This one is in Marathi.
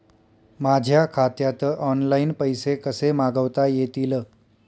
माझ्या खात्यात ऑनलाइन पैसे कसे मागवता येतील?